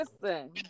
Listen